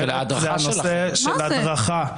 זה הנושא של הדרכה.